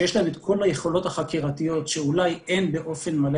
שיש להם את כל היכולות החקירתיות שאולי אין באופן מלא